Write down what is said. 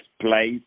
place